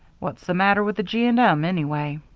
what's the matter with the g. and m. anyway?